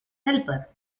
helper